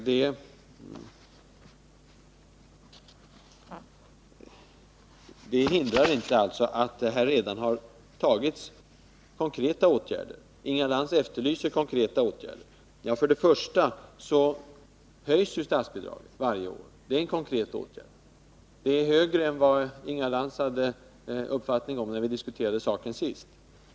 Detta hindrar inte att konkreta åtgärder redan vidtagits — Inga Lantz efterlyste just konkreta åtgärder. För det första höjs statsbidragen varje år. Det är en konkret åtgärd. Bidragen är högre än Inga Lantz trodde när vi diskuterade saken senast.